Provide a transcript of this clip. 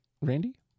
Randy